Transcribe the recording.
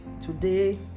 today